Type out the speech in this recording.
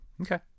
Okay